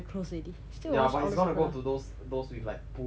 ya but he's going to go to those those with like pool then we can like